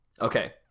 okay